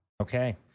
Okay